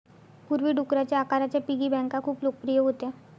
पूर्वी, डुकराच्या आकाराच्या पिगी बँका खूप लोकप्रिय होत्या